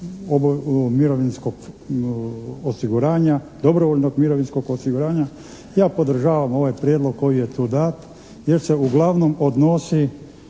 mirovinskog osiguranja, dobrovoljnog mirovinskog osiguranja ja podržavam ovaj prijedlog ovdje tu dat jer se uglavnom odnosi